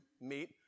meet